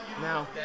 No